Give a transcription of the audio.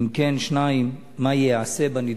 2. אם כן, מה ייעשה בנדון?